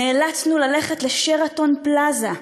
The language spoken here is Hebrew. נאלצנו ללכת ל"שרתון פלאזה".